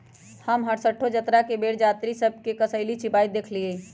हम हरसठ्ठो जतरा के बेर जात्रि सभ के कसेली चिबाइत देखइलइ